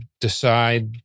decide